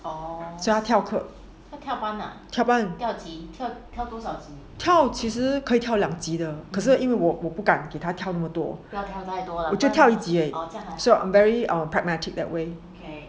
所以她跳课跳班跳其实可以跳两级的可以因为我我不敢给她跳那么多我就跳一级而已 so I'm very pragmatic that way